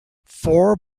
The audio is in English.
four